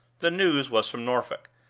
the news was from norfolk,